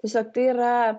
visa tai yra